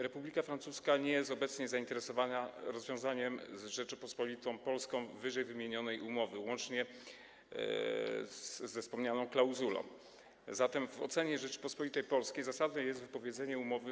Republika Francuska nie jest obecnie zainteresowana rozwiązaniem z Rzecząpospolitą Polską wyżej wymienionej umowy, łącznie ze wspomnianą klauzulą, zatem w ocenie Rzeczypospolitej Polskiej zasadne jest wypowiedzenie umowy.